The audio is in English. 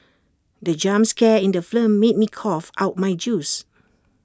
the jump scare in the film made me cough out my juice